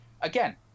Again